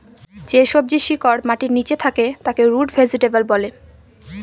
যে সবজির শিকড় মাটির নীচে থাকে তাকে রুট ভেজিটেবল বলে